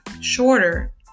shorter